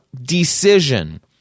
decision